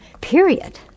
period